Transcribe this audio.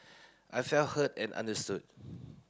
I felt heard and understood